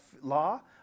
law